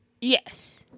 yes